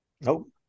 nope